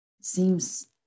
Seems